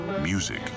Music